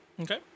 Okay